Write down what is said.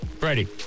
Ready